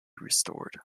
restored